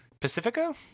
Pacifico